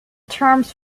terms